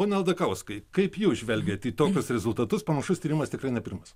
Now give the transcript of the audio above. pone aldakauskai kaip jūs žvelgiat į tokius rezultatus panašus tyrimas tikrai ne pirmas